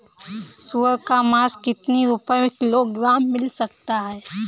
सुअर का मांस कितनी रुपय किलोग्राम मिल सकता है?